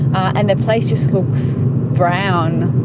and the place just looks brown.